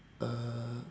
uh